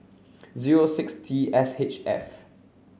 zero six T S H F